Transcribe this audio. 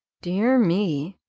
dear me!